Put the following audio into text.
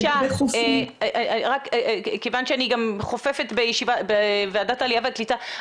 כיוון שאני גם חופפת בוועדת העלייה והקליטה,